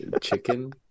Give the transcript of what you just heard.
Chicken